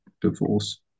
divorce